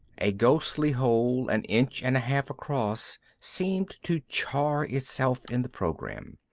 a ghostly hole an inch and a half across seemed to char itself in the program.